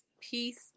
peace